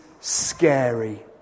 scary